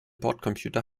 bordcomputer